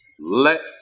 let